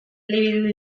elebidun